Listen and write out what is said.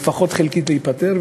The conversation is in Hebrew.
לפחות חלקית, להיפתר.